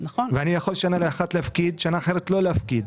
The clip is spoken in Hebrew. ואני יכול שנה אחת להפקיד ושנה אחרת לא להפקיד,